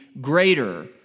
greater